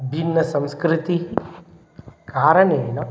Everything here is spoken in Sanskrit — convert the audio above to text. भिन्नसंस्कृतेः कारणेन